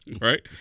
Right